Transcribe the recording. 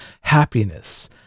happiness